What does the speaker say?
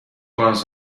was